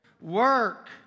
Work